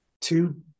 Two